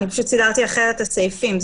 אני פשוט סידרתי אחרת את הסעיפים.